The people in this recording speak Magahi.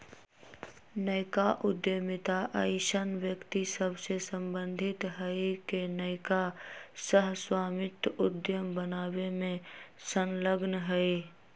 नयका उद्यमिता अइसन्न व्यक्ति सभसे सम्बंधित हइ के नयका सह स्वामित्व उद्यम बनाबे में संलग्न हइ